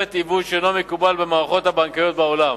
עיוות שאינו מקובל במערכות הבנקאיות בעולם.